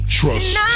Trust